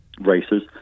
races